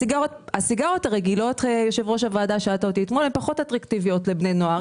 הסיגריות הרגילות הן פחות אטרקטיביות לבני נוער.